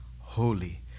holy